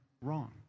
wrong